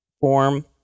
form